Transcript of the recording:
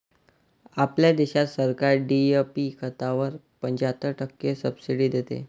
आपल्या देशात सरकार डी.ए.पी खतावर पंच्याहत्तर टक्के सब्सिडी देते